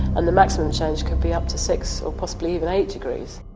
and the maximum change could be up to six or possibly even eight degrees.